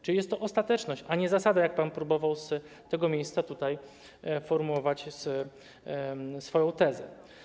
Czyli jest to ostateczność, a nie zasada, jak pan próbował z tego miejsca formułować swoją tezę.